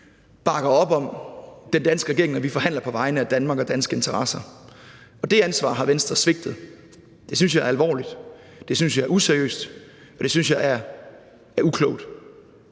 bakker op om den danske regering, når vi forhandler på vegne af Danmark og danske interesser. Det ansvar har Venstre svigtet. Det synes jeg er alvorligt, det synes jeg er useriøst, og det synes jeg er uklogt.